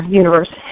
universe